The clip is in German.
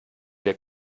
wir